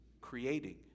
creating